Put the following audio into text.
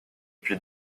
puis